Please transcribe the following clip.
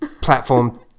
platform